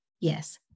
Yes